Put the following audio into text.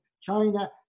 China